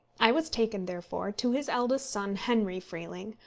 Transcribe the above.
i was taken, therefore, to his eldest son henry freeling,